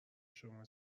شما